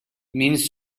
means